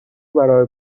برای